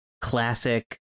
classic